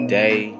day